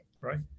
Right